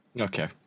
Okay